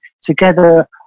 together